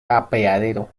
apeadero